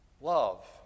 Love